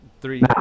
Three